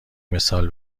مثال